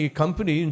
company